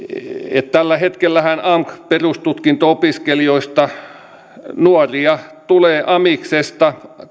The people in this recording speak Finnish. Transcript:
tällä hetkellähän amk perustutkinto opiskelijoista kolmannes tulee amiksesta